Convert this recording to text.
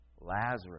Lazarus